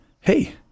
hey